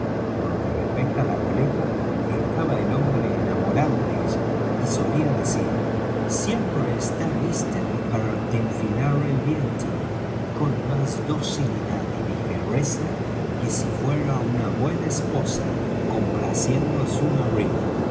por lo que respecta á la goleta estaba el hombre enamorado de ella y solía decir siempre está lista para enfilar el viento con más docilidad y ligereza que si fuera una buena esposa complaciendo á su marido